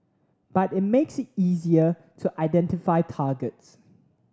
but it makes it easier to identify targets